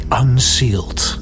unsealed